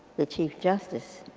the chief justice.